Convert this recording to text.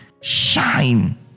shine